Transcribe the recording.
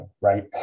right